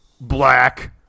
black